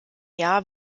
jahr